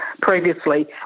previously